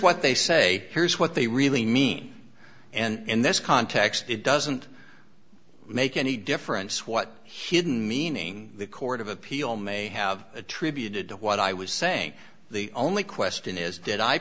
they say here's what they really mean and in this context it doesn't make any difference what human meaning the court of appeal may have attributed to what i was saying the only question is did i